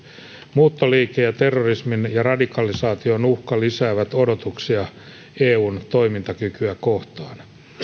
muuttoliike ja terrorismin ja radikalisaation uhka lisäävät odotuksia eun toimintakykyä kohtaan